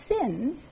sins